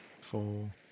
four